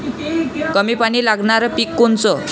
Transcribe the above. कमी पानी लागनारं पिक कोनचं?